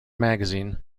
magazine